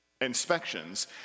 inspections